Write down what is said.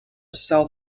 cell